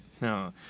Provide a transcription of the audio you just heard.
No